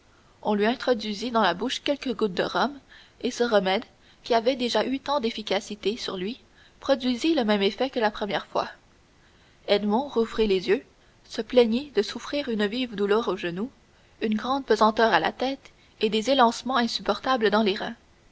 on lui introduisit dans la bouche quelques gouttes de rhum et ce remède qui avait déjà eu tant d'efficacité sur lui produisit le même effet que la première fois edmond rouvrit les yeux se plaignit de souffrir une vive douleur au genou une grande pesanteur à la tête et des élancements insupportables dans les reins